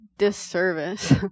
disservice